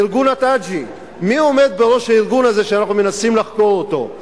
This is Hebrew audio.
ארגון "איתיג'אה" מי עומד בראש הארגון הזה שאנחנו מנסים לחקור אותו?